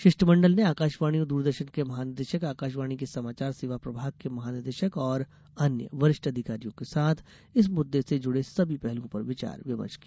शिष्टमंडल ने आकाशवाणी और द्रदर्शन के महानिदेशक आकाशवाणी के समाचार सेवा प्रभाग के महानिदेशक और अन्य वरिष्ठ अधिकारियों के साथ इस मुद्दे से जुड़े सभी पहलुओं पर विचार विमर्श किया